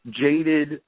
jaded